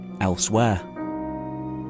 elsewhere